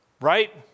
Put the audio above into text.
right